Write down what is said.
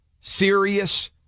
serious